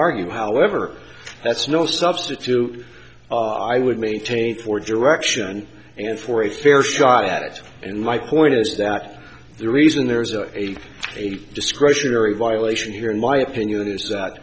argue however that's no substitute i would maintain for direction and for a fair shot at in my point is that the reason there is a discretionary violation here in my opinion is that